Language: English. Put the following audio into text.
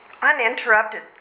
uninterrupted